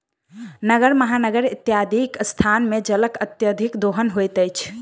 नगर, महानगर इत्यादिक स्थान मे जलक अत्यधिक दोहन होइत अछि